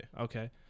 Okay